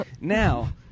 Now